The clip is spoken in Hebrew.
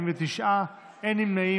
49, אין נמנעים.